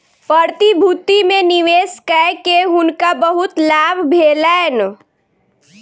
प्रतिभूति में निवेश कय के हुनका बहुत लाभ भेलैन